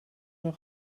zou